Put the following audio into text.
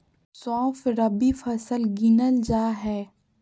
सौंफ रबी फसल मे गिनल जा हय